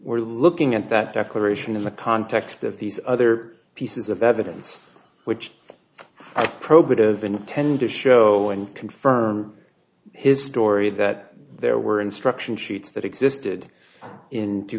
we're looking at that declaration in the context of these other pieces of evidence which i probative intend to show and confirm his story that there were instruction sheets that existed in two